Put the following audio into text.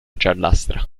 giallastra